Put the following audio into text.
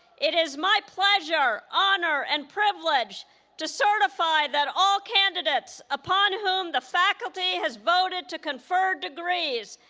it is my pleasure, honor and privilege to certify that all candidates, upon whom the faculty has voted to confer degrees,